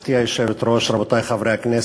גברתי היושבת-ראש, רבותי חברי הכנסת,